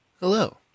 Hello